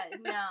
No